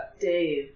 Dave